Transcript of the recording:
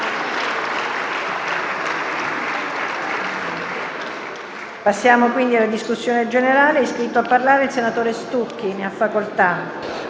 Dichiaro aperta la discussione generale. È iscritto a parlare il senatore Stucchi. Ne ha facoltà.